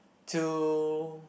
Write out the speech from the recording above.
to